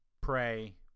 Pray